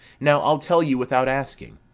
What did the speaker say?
now i'll tell you without asking.